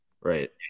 Right